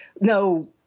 no